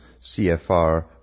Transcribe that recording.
CFR